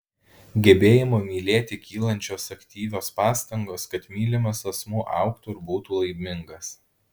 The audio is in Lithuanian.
gebėjimo mylėti kylančios aktyvios pastangos kad mylimas asmuo augtų ir būtų laimingas